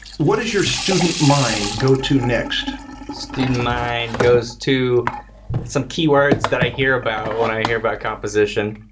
what does your student mind go to next? stan student mind goes to some key words that i hear about when i hear about composition,